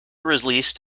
released